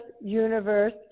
universe